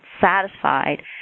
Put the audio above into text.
satisfied